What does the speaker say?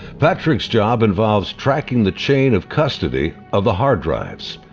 patrick's job involves tracking the chain of custody of the hard drives.